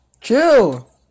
Chill